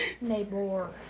neighbor